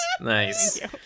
Nice